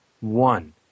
one